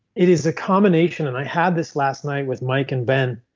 it is a combination. and i had this last night with mike and ben.